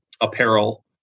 apparel